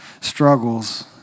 struggles